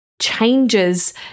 changes